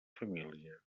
família